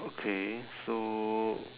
okay so